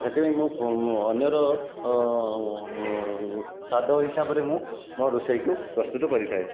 ଏଥିପାଇଁ ମୁଁ ଅନ୍ୟର ସ୍ୱାଦ ହିସାବରେ ମୁଁ ମୋ ରୋଷେଇକୁ ପ୍ରସ୍ତୁତ କରିଥାଏ